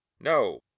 No